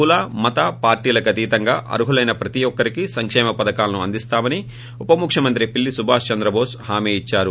కుల మత పార్టీలకతీతంగా అర్హులైన ప్రతీ ఒక్కరికీ సంకేమ పథకాలను అందిస్తామని ఉప ముఖ్యమంత్రి పిల్లి సుభాష్ చంద్రబోస్ హామీ ఇచ్చారు